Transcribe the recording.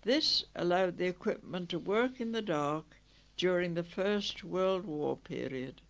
this allowed the equipment work in the dark during the first world war period